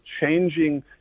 changing